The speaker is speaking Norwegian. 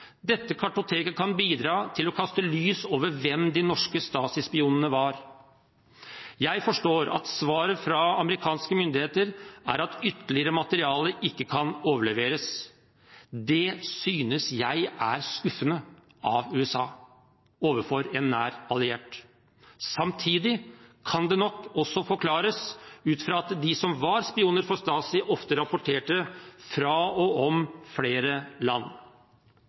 Dette kartoteket kan bidra til å kaste lys over hvem de norske Stasi-spionene var. Jeg forstår at svaret fra amerikanske myndigheter er at ytterligere materiale ikke kan overleveres. Det synes jeg er skuffende av USA, overfor en nær alliert. Samtidig kan det nok også forklares ut fra at de som var spioner for Stasi, ofte rapporterte fra og om flere land.